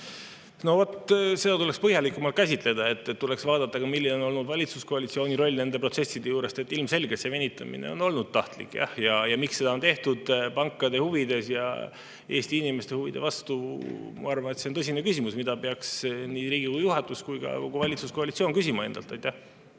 No vot, seda tuleks põhjalikumalt käsitleda. Tuleks vaadata, milline on olnud valitsuskoalitsiooni roll nende protsesside juures. Ilmselgelt on venitamine olnud tahtlik. See, miks seda on tehtud pankade huvides ja Eesti inimeste huvide vastu, on tõsine küsimus, mida peaks nii Riigikogu juhatus kui ka kogu valitsuskoalitsioon endalt küsima.